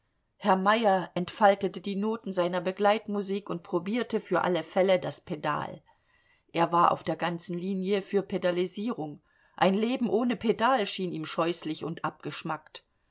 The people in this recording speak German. herr meyer entfaltete die noten seiner begleitmusik und probierte für alle fälle das pedal er war auf der ganzen linie für pedalisierung ein leben ohne pedal schien ihm scheußlich und abgeschmackt